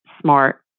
smart